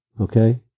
Okay